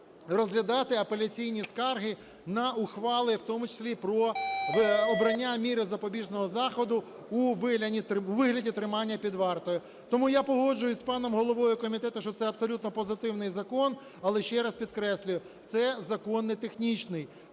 розглядати апеляційні скарги на ухвали, і в тому числі про обрання міри запобіжного заходу у вигляді тримання під вартою. Тому я погоджуюсь з паном головою комітету, що це абсолютно позитивний закон, але, ще раз підкреслюю, це закон не технічний,